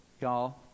Y'all